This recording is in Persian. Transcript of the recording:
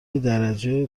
درجه